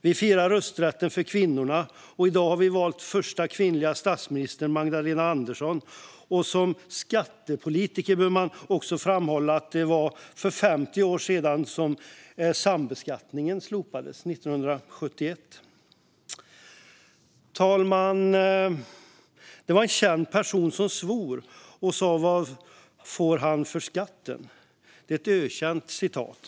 Vi firar rösträtten för kvinnorna, och i dag har vi valt den första kvinnliga statsministern, Magdalena Andersson. Som skattepolitiker bör man också framhålla att det är 50 år sedan sambeskattningen slopades 1971. Fru talman! Det var en känd person som svor och undrade vad han får för skatten. Det är ett ökänt citat.